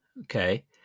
Okay